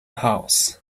house